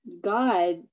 God